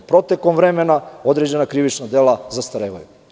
Protekom vremena određena krivična dela zastarevaju.